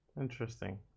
Interesting